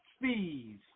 fees